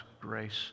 grace